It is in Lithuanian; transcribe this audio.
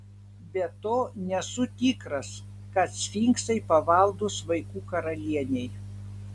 be to nesu tikras kad sfinksai pavaldūs vaikų karalienei